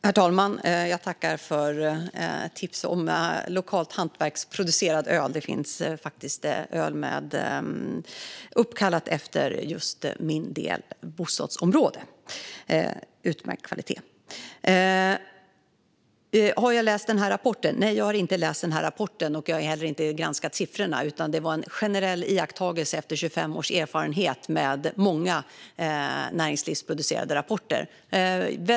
Herr talman! Jag tackar Jan R Andersson för tipset om lokal, hantverksproducerad öl. Det finns faktiskt ett öl uppkallat efter mitt bostadsområde. Det har utmärkt kvalitet. Har jag läst den här rapporten? Nej, jag har inte läst den här rapporten. Jag har heller inte granskat siffrorna, utan det var en generell iakttagelse efter 25 års erfarenhet med många näringslivsproducerade rapporter.